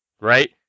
right